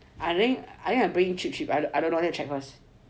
I think I bring in cheap cheap I don't know I check first